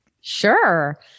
Sure